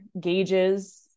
gauges